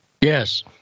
Yes